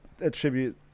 attribute